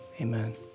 amen